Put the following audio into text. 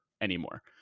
anymore